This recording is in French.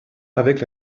avec